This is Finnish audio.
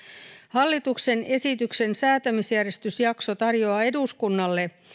hallituksen esityksen säätämisjärjestysjakso tarjoaa eduskunnalle